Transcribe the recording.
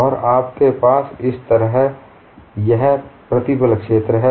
और आपके पास इस तरह का यह प्रतिबल क्षेत्र है